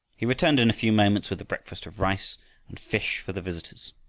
he returned in a few moments with a breakfast of rice and fish for the visitors.